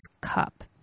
cup